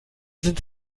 sind